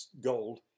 gold